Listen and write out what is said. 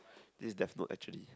this is death note actually